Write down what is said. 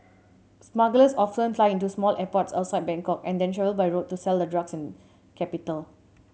smugglers often fly into smaller airports outside Bangkok and then travel by road to sell the drugs in capital